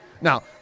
Now